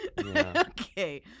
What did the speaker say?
Okay